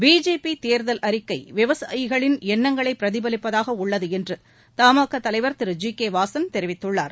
BJP தேர்தல் அறிக்கை விவசாயிகளின் எண்ணங்களை பிரதிபலிப்பதாக உள்ளது என்று தமாகா தலைவர் திரு ஜி கே வாசன் தெரிவித்துள்ளார்